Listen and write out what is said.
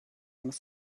muss